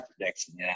prediction